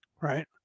Right